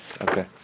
okay